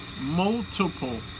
multiple